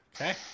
Okay